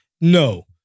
No